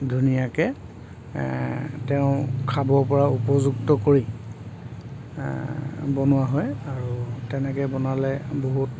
ধুনীয়াকৈ তেওঁ খাব পৰা উপযুক্ত কৰি বনোৱা হয় আৰু তেনেকৈ বনালে বহুত